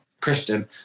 Christian